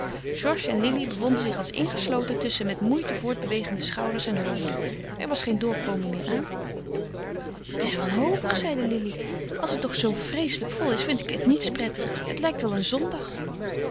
georges en lili bevonden zich als ingesloten tusschen met moeite voortbewegende schouders en hoofden er was geen doorkomen meer aan het is wanhopig zeide lili als het toch zoo vreeselijk vol is vind ik het niets prettig het lijkt wel een zondag